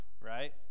right